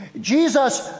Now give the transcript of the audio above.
Jesus